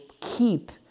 keep